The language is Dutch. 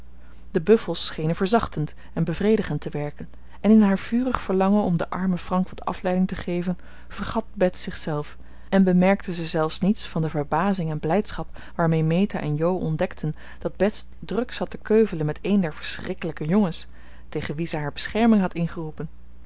de buffels schenen verzachtend en bevredigend te werken en in haar vurig verlangen om den armen frank wat afleiding te geven vergat bets zich zelf en bemerkte ze zelfs niets van de verbazing en blijdschap waarmee meta en jo ontdekten dat bets druk zat te keuvelen met een der verschrikkelijke jongens tegen wie ze haar bescherming had ingeroepen